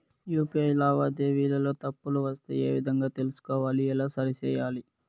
UPI లావాదేవీలలో తప్పులు వస్తే ఏ విధంగా తెలుసుకోవాలి? ఎలా సరిసేయాలి?